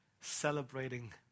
celebrating